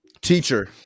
Teacher